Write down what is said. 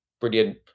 brilliant